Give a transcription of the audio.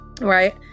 Right